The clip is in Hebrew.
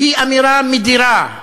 היא אמירה מדירה,